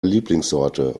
lieblingssorte